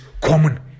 common